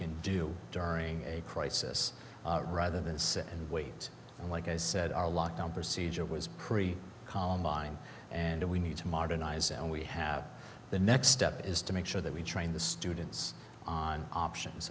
can do during a crisis rather than sit and wait and like i said our lockdown procedure was pre columbine and we need to modernize and we have the next step is to make sure that we train the students on options